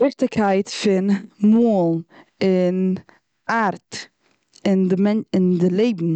וויכטיגקייט פון מאלן, און ארט און די-, און די לעבן